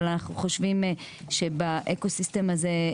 אבל אנחנו חושבים שבאקוסיסטם הזה,